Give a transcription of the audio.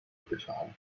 speciale